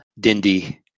dindy